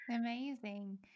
amazing